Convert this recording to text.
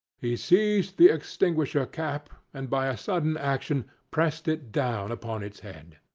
he seized the extinguisher-cap, and by a sudden action pressed it down upon its head.